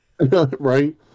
Right